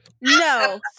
No